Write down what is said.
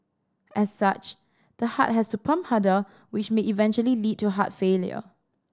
as such the heart has to pump harder which may eventually lead to heart failure